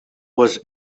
was